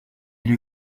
lui